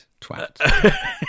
Twat